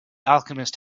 alchemist